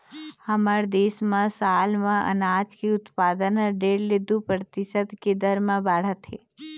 हमर देश म साल म अनाज के उत्पादन ह डेढ़ ले दू परतिसत के दर म बाढ़त हे